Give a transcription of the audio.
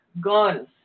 guns